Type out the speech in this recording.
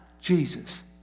Jesus